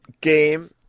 game